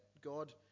God